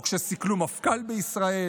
או כשסיכלו מפכ"ל בישראל,